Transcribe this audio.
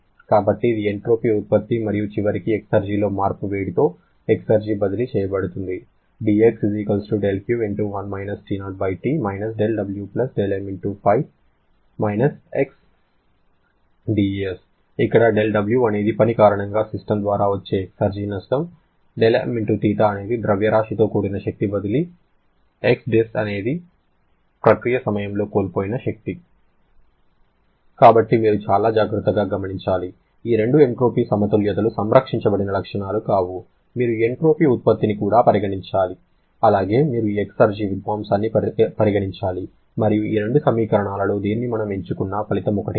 కాబట్టి ఇది ఎంట్రోపీ ఉత్పత్తి మరియు చివరకు ఎక్సర్జిలో మార్పు వేడితో ఎక్సర్జి బదిలీ చేయబడుతుంది ఇక్కడ δW అనేది పని కారణంగా సిస్టమ్ ద్వారా వచ్చే ఎక్సర్జి నష్టం δmθ అనేది ద్రవ్యరాశితో కూడిన శక్తి బదిలీ Xdes అనేది ప్రక్రియ సమయంలో కోల్పోయిన శక్తి కాబట్టి మీరు చాలా జాగ్రత్తగా గమనించాలి ఈ రెండూ ఎంట్రోపీ సమతుల్యతలు సంరక్షించబడిన లక్షణాలు కావు మీరు ఈ ఎంట్రోపీ ఉత్పత్తిని కూడా పరిగణించాలి అలాగే మీరు ఈ ఎక్సర్జి విధ్వంసాన్ని పరిగణించాలి మరియు ఈ రెండు సమీకరణాలలో దేనిని మనం ఎంచుకున్నా ఫలితం ఒకటే రావాలి